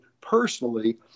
personally